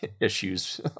issues